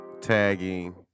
tagging